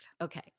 Okay